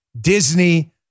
Disney